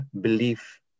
belief